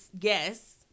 yes